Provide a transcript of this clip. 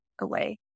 away